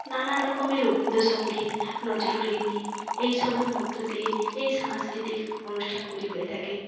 নানান রকমের রবীন্দ্রসঙ্গীত নজরুলগীতি এইসবের মধ্য দিয়ে এই সাংস্কৃতিক অনুষ্ঠানগুলি হয়ে থাকে